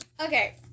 Okay